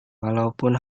walaupun